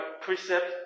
precept